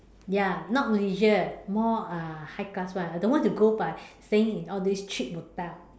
ya not leisure more uh high class [one] I don't want to go but staying in all this cheap hotel